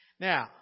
Now